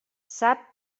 sap